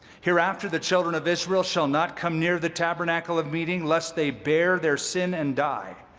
hereafter the children of israel shall not come near the tabernacle of meeting, lest they bear their sin and die.